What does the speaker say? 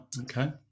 Okay